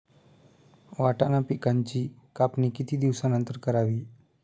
वाटाणा पिकांची कापणी किती दिवसानंतर करावी?